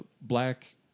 black